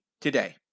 today